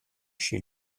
chez